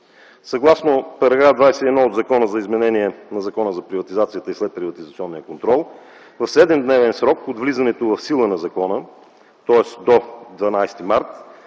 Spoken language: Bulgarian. Съгласно § 21 от Закона за изменение на Закона за приватизацията и следприватизационния контрол в 7-дневен срок от влизането в сила на закона, тоест до 12 март